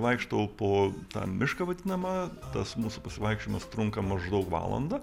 vaikštau po na mišką vadinamą tas mūsų pasivaikščiojimas trunka maždaug valandą